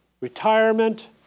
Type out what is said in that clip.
retirement